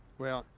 well,